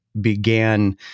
began